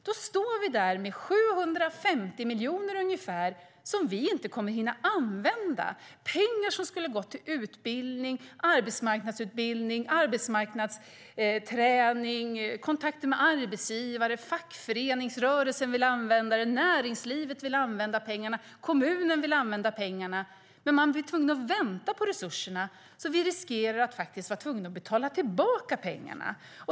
Då står vi där med ungefär 750 miljoner som vi inte kommer att hinna använda, pengar som skulle ha gått till utbildning, arbetsmarknadsutbildning, arbetsmarknadsträning, kontakter med arbetsgivare, fackföreningsrörelsen, näringslivet, kommunen. Men de blir tvungna att vänta på resurserna, så att vi faktiskt riskerar att vara tvungna att betala tillbaka pengar.